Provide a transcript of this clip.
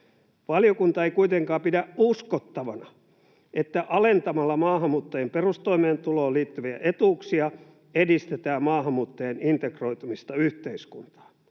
Valiokunta ei kuitenkaan pidä uskottavana, että alentamalla maahanmuuttajien perustoimeentuloon liittyviä etuuksia edistetään maahanmuuttajien integroitumista yhteiskuntaan.